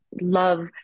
love